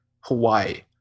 Hawaii